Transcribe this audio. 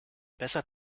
besser